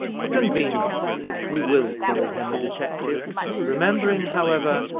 for convenience-sake we will call him a detective remembering, however,